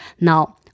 Now